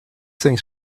things